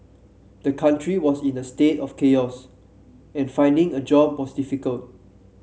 the country was in a state of chaos and finding a job was difficult